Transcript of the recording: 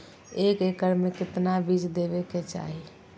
एक एकड़ मे केतना बीज देवे के चाहि?